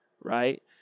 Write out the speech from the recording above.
right